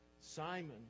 Simon